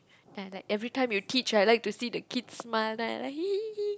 ya like everytime you teach I like to see the kids smile then I like